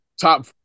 top